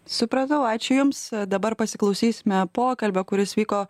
supratau ačiū jums dabar pasiklausysime pokalbio kuris vyko